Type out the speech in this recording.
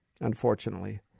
unfortunately